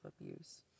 abuse